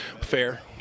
fair